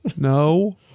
No